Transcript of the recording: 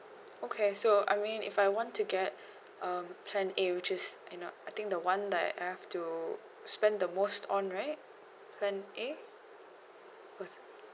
okay so I mean if I want to get um plan A which is you know I think the one that I have to spend the most on right plan A was